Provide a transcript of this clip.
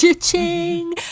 Ching